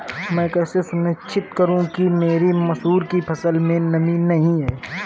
मैं कैसे सुनिश्चित करूँ कि मेरी मसूर की फसल में नमी नहीं है?